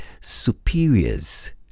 Superiors